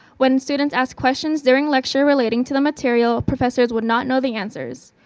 when students asked questions during lecture relating to the material, professors would not know the answers.